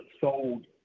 sold